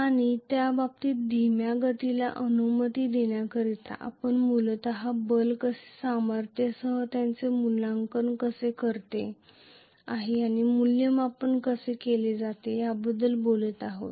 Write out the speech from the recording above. आणि त्या बाबतीत धीम्या गतीला अनुमती देण्याकरिता आपण मूलत बल कसे सामर्थ्यासह त्याचे मूल्यांकन कसे करीत आहे त्याचे मूल्यमापन कसे केले जाते याबद्दल बोलत आहोत